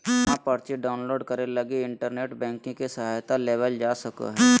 जमा पर्ची डाउनलोड करे लगी इन्टरनेट बैंकिंग के सहायता लेवल जा सको हइ